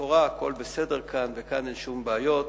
ולכאורה הכול בסדר כאן וכאן אין שום בעיות,